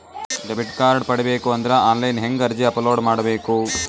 Debit card ಪಡಿಬೇಕು ಅಂದ್ರ online ಹೆಂಗ್ ಅರ್ಜಿ ಅಪಲೊಡ ಮಾಡಬೇಕು?